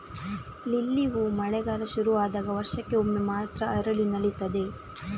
lily ಹೂ ಮಳೆಗಾಲ ಶುರು ಆದಾಗ ವರ್ಷಕ್ಕೆ ಒಮ್ಮೆ ಮಾತ್ರ ಅರಳಿ ನಲೀತದೆ